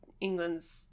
England's